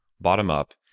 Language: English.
bottom-up